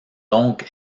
donc